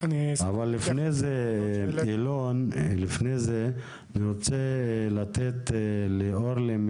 אבל לפני זה אני מבקש לתת לאורלי,